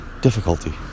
difficulty